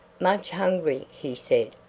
much hungry, he said,